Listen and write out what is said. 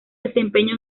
desempeño